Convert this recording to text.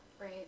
Right